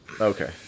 Okay